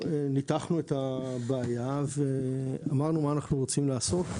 בכנס ניתחנו את הבעיה ואמרנו מה אנחנו רוצים לעשות.